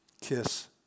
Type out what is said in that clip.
kiss